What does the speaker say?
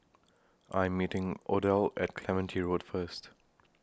I Am meeting Odell At Clementi Road First